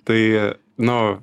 tai nu